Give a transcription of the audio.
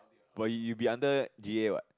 but you you will be under G A what